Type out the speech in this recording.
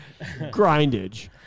grindage